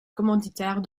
commanditaire